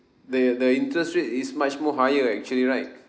the the interest rate is much more higher actually right